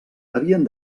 havien